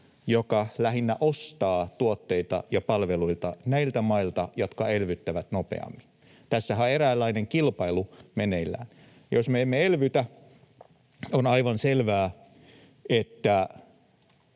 joka lähinnä ostaa tuotteita ja palveluita näiltä mailta, jotka elvyttävät nopeammin. Tässähän on eräänlainen kilpailu meneillään. Jos me emme elvytä, on aivan selvää, että